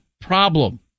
problem